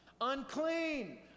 unclean